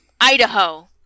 Idaho